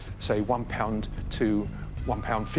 say, one pound to one pound,